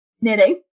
knitting